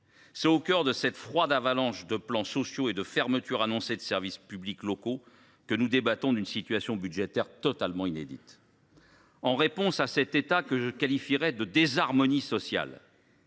C’est au cœur de cette froide avalanche de plans sociaux et de fermetures annoncées de services publics locaux que nous débattons d’une situation budgétaire totalement inédite. En réponse à cet état que je qualifierais de « désharmonie sociale